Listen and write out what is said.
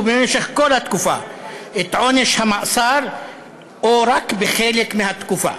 במשך כל התקופה את עונש המאסר או רק בחלק מהתקופה.